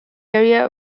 area